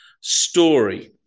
story